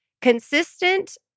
Consistent